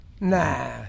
Nah